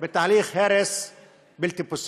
בתהליך הרס בלתי פוסק.